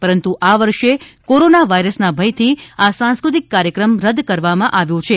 પરંતુ આ વર્ષે કોરાના વાઇરસના ભયથી આ સાંસ્કૃતિક કાર્યક્રમ રદ કરવામાં આવ્યો છે